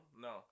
No